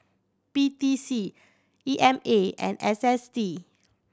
P T C E M A and S S T